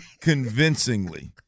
convincingly